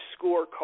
scorecard